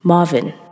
Marvin